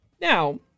Now